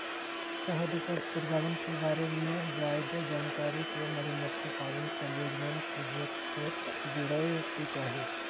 शहद उत्पादन के बारे मे ज्यादे जानकारी ले मधुमक्खी पालन परियोजना प्रोजेक्ट से जुड़य के चाही